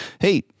Hey